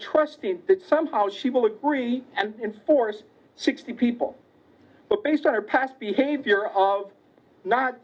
trusting that somehow she will agree and force sixty people but based on her past behavior of not